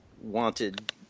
wanted